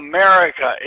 America